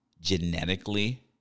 genetically